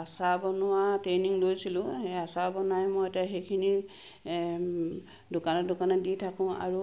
আচাৰ বনোৱা ট্ৰেনিং লৈছিলো সেই আচাৰ বনাই মই এতিয়া সেইখিনি দোকানে দোকানে দি থাকো আৰু